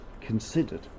considered